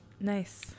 Nice